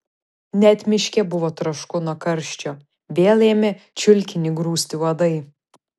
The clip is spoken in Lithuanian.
net miške buvo trošku nuo karščio vėl ėmė čiulkinį grūsti uodai